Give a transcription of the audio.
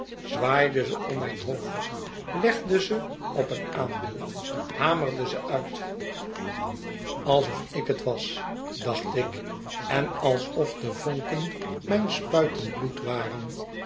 zwaaide ze om mijn hoofd legde ze op het aambeeld hamerde ze uit alsof ik was dacht ik en alsof de vonken mijn spuitend bloed waren